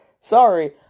Sorry